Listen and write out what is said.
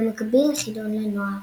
במקביל לחידון לנוער.